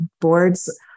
boards